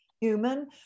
human